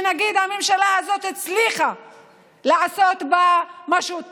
שנגיד: הממשלה הזאת הצליחה לעשות בה משהו טוב.